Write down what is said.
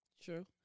True